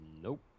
Nope